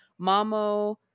Mamo